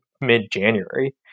mid-January